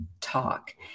talk